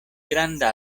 granda